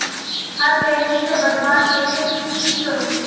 फल तेजी से बढ़वार केते की की करूम?